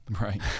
Right